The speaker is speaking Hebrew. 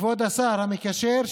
כבוד השר המקשר,